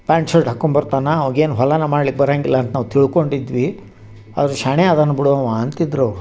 pant shirt ಹಾಕೊಂಬರ್ತಾನ ಅವ್ಗ ಏನು ಹೊಲನ ಮಾಡ್ಲಿಕ್ಕೆ ಬರಂಗಿಲ್ಲ ಅಂತ ನಾವು ತಿಳ್ಕೊಂಡಿದ್ವಿ ಆದ್ರ ಶಾಣೆ ಅದಾನ ಬಿಡಿ ಅವ್ವ ಅಂತಿದ್ರು ಅವರು